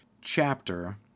chapter